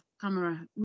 camera